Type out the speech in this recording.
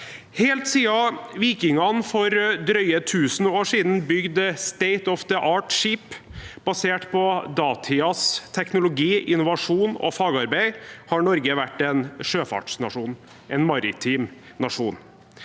Helt siden vikingene for drøye tusen år siden bygde «state-of-the-art»-skip, basert på datidens teknologi, innovasjon og fagarbeid, har Norge vært en sjøfartsnasjon, en maritim nasjon.